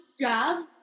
job